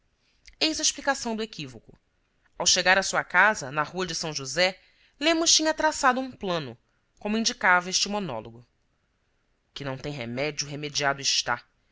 eis a explicação do equívoco ao chegar à sua casa na rua de são josé lemos tinha traçado um plano como indicava este monólogo o que não tem remédio remediado está